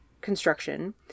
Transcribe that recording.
construction